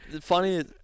funny